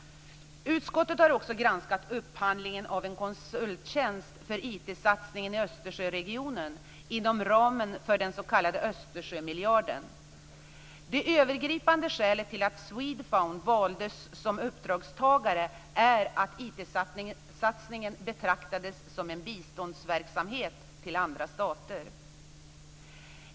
Utskottet har också granskat upphandlingen av en konsulttjänst för IT-satsningen i Östersjöregionen inom ramen för den s.k. Östersjömiljarden. Det övergripande skälet till att Swedfund valdes som uppdragstagare är att IT-satsningen betraktades som en form av bistånd till andra stater.